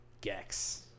Gex